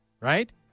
right